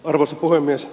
arvoisa puhemies